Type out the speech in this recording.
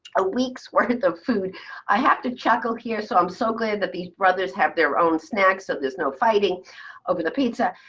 a week's worth of food i have to chuckle here, so i'm so glad that these brothers have their own snacks. there's no fighting over the pizza.